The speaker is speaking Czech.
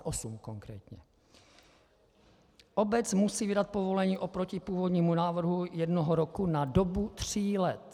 Obec musí vydat povolení oproti původnímu návrhu jednoho roku na dobu tří let.